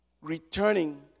returning